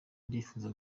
ndifuza